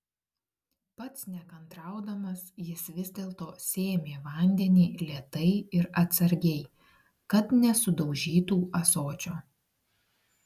pats nekantraudamas jis vis dėlto sėmė vandenį lėtai ir atsargiai kad nesudaužytų ąsočio